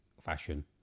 fashion